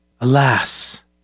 Alas